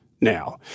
now